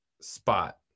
spot